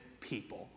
people